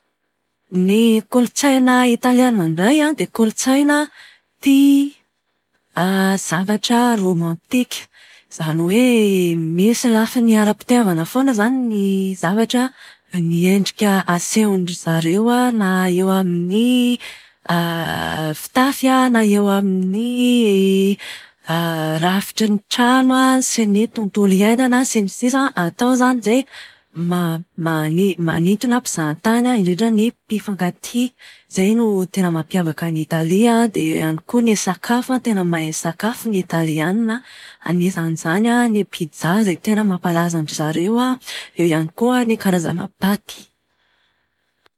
Ny kolotsaina italiana indray an, dia kolotsaina tia zavatra romantika. Izany hoe misy lafiny ara-pitiavana foana izany ny zavatra ny endrika asehon-dry zareo na eo amin'ny fitafy na eo amin'ny rafitry ny trano sy ny tontolo iainana sy ny sisa. Atao izany dia mani- manintona mpizaha tany indrindra ny mpifankatia. Izay no tena mampiavaka an'i Italia dia eo ihany koa ny sakafo, tena mahay sakafo ny Italiana. Anisan'izany ny piza izay tena mampalaza an'izareo an, eo ihany koa ny karazana paty.